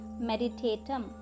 Meditatum